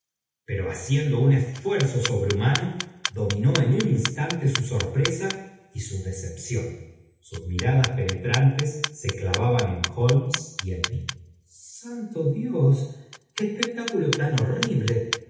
pero haciendo un esfuerzo sobrehumano dominó en un instante su sorpresa y su decepción sus miradas penetrantes se clavaban en holmes y en santo dios qué espectáculo tan horrible